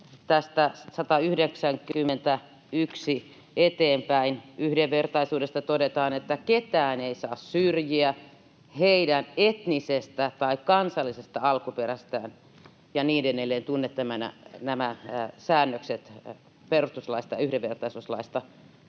tästä 191:stä eteenpäin. Yhdenvertaisuudesta todetaan, että ”ketään ei saa syrjiä heidän etnisestä tai kansallisesta alkuperästään” ja niin edelleen. Tunnen nämä säännökset perustuslaista, yhdenvertaisuuslaista.